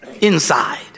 inside